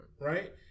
right